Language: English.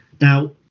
now